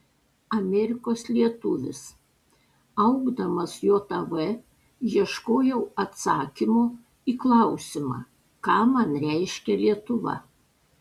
amerikos lietuvis augdamas jav ieškojau atsakymo į klausimą ką man reiškia lietuva